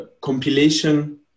compilation